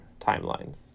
timelines